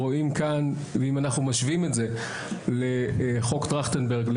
רואים כאן ואם אנחנו משווים את זה לחוק טרכטנברג,